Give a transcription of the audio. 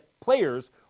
players